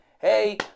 hey